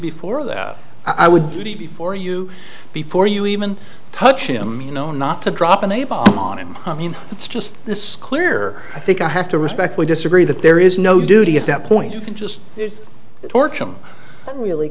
before that i would be before you before you even touch him you know not to drop an a bomb on him it's just this clear i think i have to respectfully disagree that there is no duty at that point you can just torque i'm really